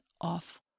off